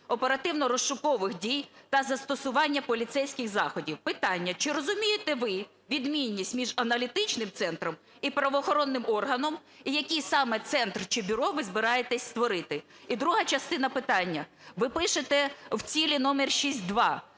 оперативно-розшукових дій та застосування поліцейських заходів. Питання. Чи розумієте ви відмінність між аналітичним центром і правоохоронним органом? І який саме цент, чи бюро, ви збираєтесь створити? І друга частина питання. Ви пишете в цілі номер 6.2: